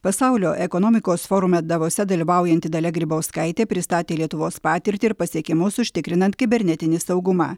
pasaulio ekonomikos forume davose dalyvaujanti dalia grybauskaitė pristatė lietuvos patirtį ir pasiekimus užtikrinant kibernetinį saugumą